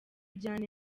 kumujyana